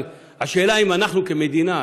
אבל השאלה: האם אנחנו כמדינה,